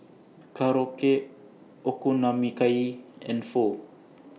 Korokke and Pho